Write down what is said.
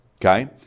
okay